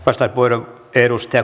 arvoisa puhemies